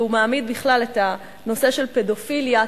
והוא מעמיד בכלל את הנושא של פדופיליה,